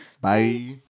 Bye